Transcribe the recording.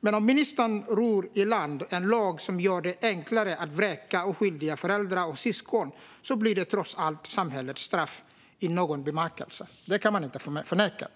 men om ministern ror i land en lag som gör det enklare att vräka oskyldiga föräldrar och syskon blir det trots allt samhällets straff i någon bemärkelse. Det kan man inte förneka.